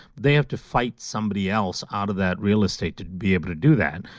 they have to fight somebody else out of that real estate to be able to do that.